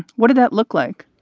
what did that look like?